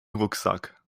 rucksack